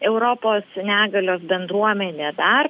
europos negalios bendruomenė dar